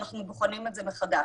אנחנו בוחנים את זה מחדש.